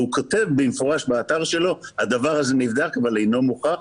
והוא כותב במפורש באתר שלו: הדבר הזה נבדק אבל אינו מוכח.